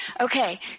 Okay